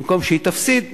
במקום שהיא תפסיד,